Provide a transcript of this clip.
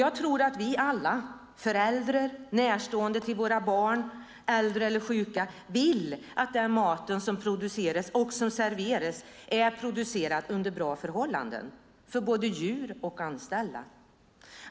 Jag tror att vi alla - föräldrar och närstående till våra barn, äldre eller sjuka - vill att den mat som produceras och serveras är producerad under bra förhållanden för både djur och anställda.